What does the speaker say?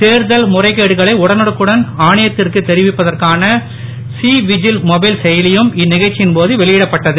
தேர்தல் முறைகேடுகளை உடனுக்குடன் ஆணையத்திற்கு தெரிவிப்பதற்கான சி விஜில் மொபைல் செயலியும் இந்நிகழ்ச்சியின் போது வெளியிடப்பட்டது